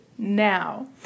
now